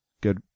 good